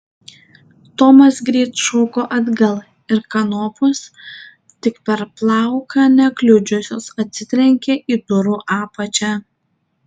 tomas greit šoko atgal ir kanopos tik per plauką nekliudžiusios atsitrenkė į durų apačią